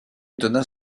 étonna